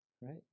Right